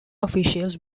officials